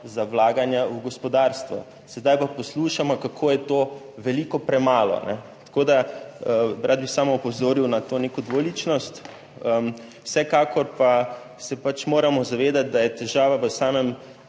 za vlaganja v gospodarstvo. Sedaj pa poslušamo, kako je to premalo. Rad bi samo opozoril na to neko dvoličnost. Vsekakor pa se pač moramo zavedati, da je težava v samem